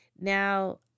now